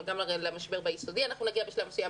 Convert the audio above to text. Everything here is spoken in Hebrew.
אבל גם למשבר ביסודי אנחנו נגיע בשלב מסוים.